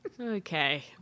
Okay